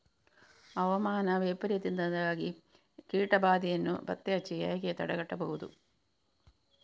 ಹವಾಮಾನ ವೈಪರೀತ್ಯದಿಂದಾಗಿ ಕೀಟ ಬಾಧೆಯನ್ನು ಪತ್ತೆ ಹಚ್ಚಿ ಹೇಗೆ ತಡೆಗಟ್ಟಬಹುದು?